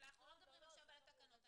אבל אנחנו לא מדברים עכשיו על התקנות.